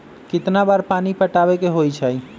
कितना बार पानी पटावे के होई छाई?